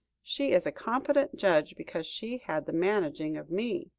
she is a competent judge because she had the managing of me!